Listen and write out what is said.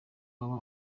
waba